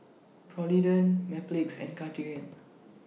Polident Mepilex and Cartigain